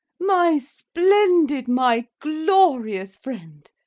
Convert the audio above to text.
my splendid, my glorious friend,